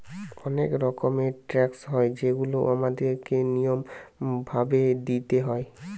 অনেক রকমের ট্যাক্স হয় যেগুলা আমাদের কে নিয়ম ভাবে দিইতে হয়